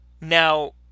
Now